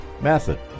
method